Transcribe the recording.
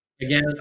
Again